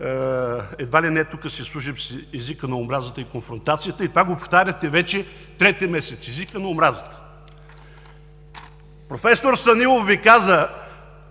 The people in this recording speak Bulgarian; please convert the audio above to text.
едва ли не тук си служим с езика на омразата и конфронтацията, и това го повтаряте вече трети месец – „езика на омразата“. Професор Станилов Ви каза